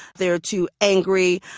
they're too angry.